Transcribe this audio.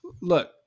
Look